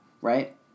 Right